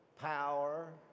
power